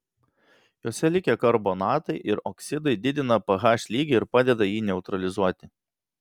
juose likę karbonatai ir oksidai didina ph lygį ir padeda ją neutralizuoti